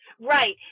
Right